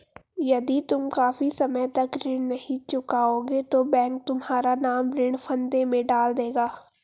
यदि तुम काफी समय तक ऋण नहीं चुकाओगे तो बैंक तुम्हारा नाम ऋण फंदे में डाल देगा